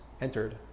entered